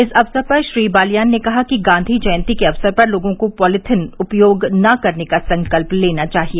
इस अवसर पर श्री बालियान ने कहा कि गांधी जयन्ती के अवसर पर लोगों को पॉलीथीन उपयोग न करने का संकल्प लेना चाहिए